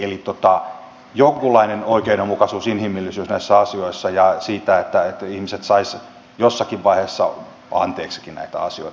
eli jonkunlainen oikeudenmukaisuus inhimillisyys näissä asioissa tulee olla ja siinä että ihmiset saisivat jossakin vaiheessa anteeksikin näitä asioita